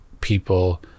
people